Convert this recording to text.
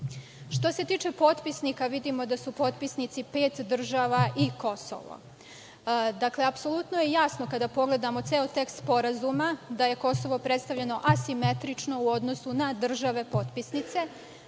se tiče potpisnika, vidimo da su potpisnici pet država i Kosovo. Dakle, apsolutno je jasno da kada pogledamo ceo tekst sporazuma da je Kosovo predstavljeno asimetrično u odnosu na države potpisnice.